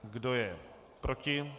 Kdo je proti?